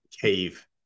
cave